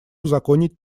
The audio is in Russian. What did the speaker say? узаконить